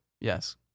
Yes